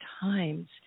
Times